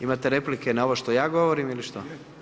Imate replike na ovo što ja govorim ili što?